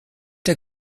der